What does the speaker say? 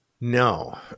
No